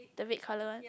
the red colour one